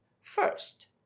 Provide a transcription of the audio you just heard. first